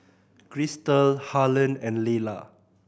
Chrystal Harlon and Layla